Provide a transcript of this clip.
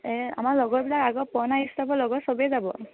এই আমাৰ লগৰবিলাক আগৰ পুৰণা ইষ্টাফৰ লগৰ চবেই যাব